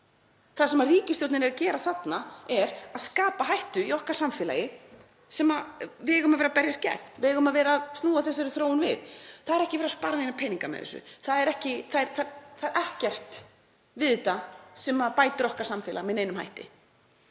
Það sem ríkisstjórnin er að gera þarna er að skapa hættu í samfélagi okkar, hættu sem við eigum að vera að berjast gegn. Við eigum að vera að snúa þessari þróun við. Það er ekki verið að spara neina peninga með þessu. Það er ekkert við þetta sem bætir samfélag okkar með neinum hætti,